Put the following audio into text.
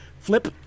Flip